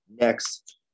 Next